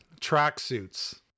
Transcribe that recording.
Tracksuits